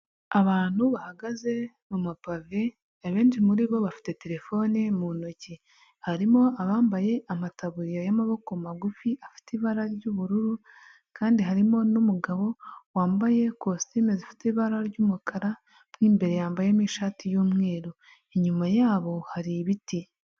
Abantu bahagaze mu muma pave, abenshi muri bo bafite terefone mu ntoki, harimo abambaye amataburiya y'amaboko magufi, afite ibara ry'ubururu, kandi harimo n'umugabo wambaye ikositimu zifite ibara ry'umukara, mo imbere yambayemo ishati y'umweru, inyuma yabo hari ibiti.